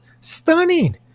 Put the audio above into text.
stunning